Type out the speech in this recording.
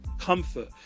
comfort